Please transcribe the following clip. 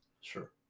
Sure